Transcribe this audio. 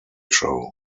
show